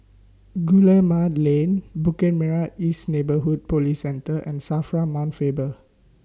Guillemard Lane Bukit Merah East Neighbourhood Police Centre and SAFRA Mount Faber